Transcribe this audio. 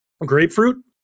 grapefruit